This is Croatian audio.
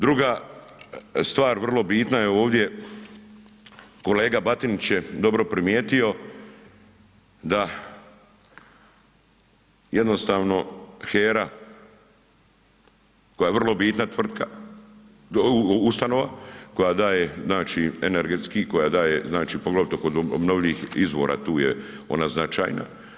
Druga stvar vrlo bitna je ovdje, kolega Batinić je dobro primijetio da jednostavno HERA koja je vrlo bitna tvrtka, ustanova koja daje znači energetski koja daje znači poglavito kod obnovljivih izvora tu je ona značajna.